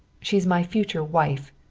she's my future wife.